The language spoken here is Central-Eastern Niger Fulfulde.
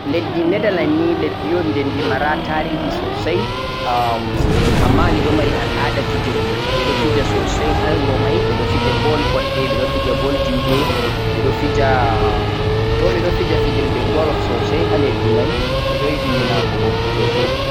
leddi neither land ni leddi un di de mara tarihi sosai am, amma di ɗo mari al'ada fijirle, de ɗo fija sosai ha wuro mai, ɓe fija ball koɗɗe, ɓe fija ball juɗe, ɓe ɗo fija bo ɓe ɗo fija fijirde golf sosai ha leddi mai ɓe ɗo yiɗi yina'ko bo sosai.